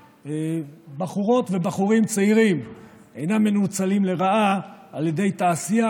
שבחורות ובחורים צעירים אינם מנוצלים לרעה על ידי תעשייה,